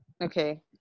okay